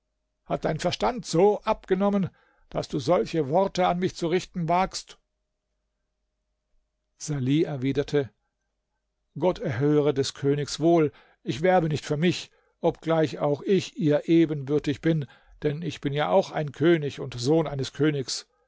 hat dein verstand so abgenommen daß du solche worte an mich zu richten wagst salih erwiderte gott erhöhe des königs wohl ich werbe nicht für mich obgleich auch ich ihr ebenbürtig bin denn ich bin ja auch ein könig und sohn eines königs